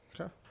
Okay